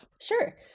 Sure